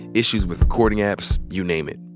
issues with recording apps, you name it.